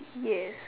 yes